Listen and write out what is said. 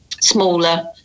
smaller